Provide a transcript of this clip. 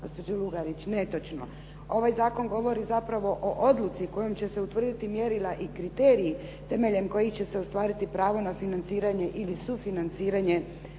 govori zapravo o odluci kojom će se utvrditi mjerila i kriteriji temeljem kojih će se ostvariti pravo na financiranje ili sufinanciranje